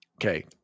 Okay